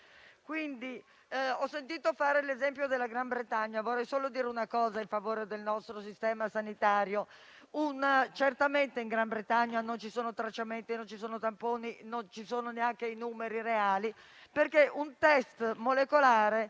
vaccinati. Ho sentito fare l'esempio della Gran Bretagna. Vorrei solo dire una cosa in favore del nostro sistema sanitario. Certamente in Gran Bretagna non ci sono tracciamenti, non ci sono tamponi, ma non ci sono neanche i numeri reali. Un test molecolare